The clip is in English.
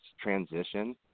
transition